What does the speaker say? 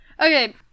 Okay